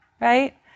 right